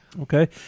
Okay